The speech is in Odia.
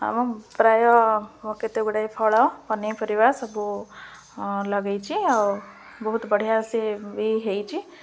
ଆମ ପ୍ରାୟ କେତେଗୁଡ଼ଏ ଫଳ ପନିପରିବା ସବୁ ଲଗେଇଛି ଆଉ ବହୁତ ବଢ଼ିଆସେ ବି ହୋଇଛି